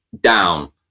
down